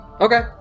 Okay